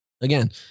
again